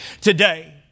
today